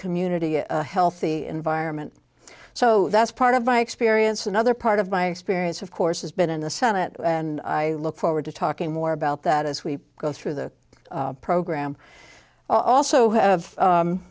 community a healthy environment so that's part of my experience another part of my experience of course has been in the senate and i look forward to talking more about that as we go through the program also have